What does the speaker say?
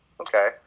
okay